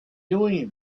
doing